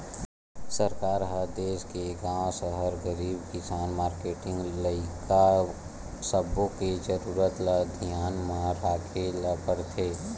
सरकार ह देस के गाँव, सहर, गरीब, किसान, मारकेटिंग, लइका सब्बो के जरूरत ल धियान म राखे ल परथे